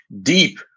deep